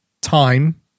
time